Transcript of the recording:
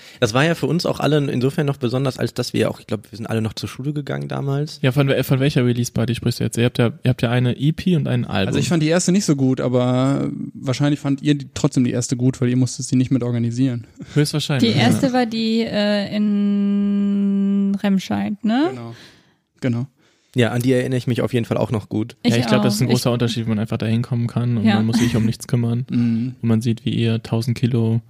Das war ja für uns auch alle insofern noch besonders, als dass wir auch, ich glaub, wir sind alle noch zur Schule gegangen damals. Ja, von wel- von welcher Release-Party sprichst du jetzt? Ihr habt ja- ihr habt ja eine EP und ein Also ich Album. fand die erste nicht so gut, aber wahrscheinlich fand ihr die- trotzdem die erste gut, weil ihr musstet sie nicht mit organisieren. Höchstwahrscheinlich. Die erste Ja. war die, äh, in Remscheid, ne? Genau. Genau. Ja, an die erinnere ich mich auf jeden Fall auch noch gut. Ich Ja, ich glaub, das ist auch. ein Ich- großer Unterschied, wenn man einfach dahin kommen kann und Ja. man muss sich um nichts kümmern. Mhm. Und man sieht, wie ihr 1000 Kilo